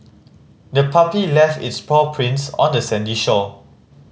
the puppy left its paw prints on the sandy shore